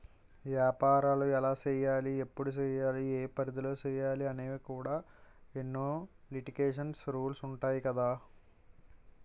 ఏపారాలు ఎలా సెయ్యాలి? ఎప్పుడు సెయ్యాలి? ఏ పరిధిలో సెయ్యాలి అనేవి కూడా ఎన్నో లిటికేషన్స్, రూల్సు ఉంటాయి కదా